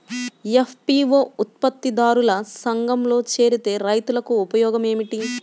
FPO ఉత్పత్తి దారుల సంఘములో చేరితే రైతులకు ఉపయోగము ఏమిటి?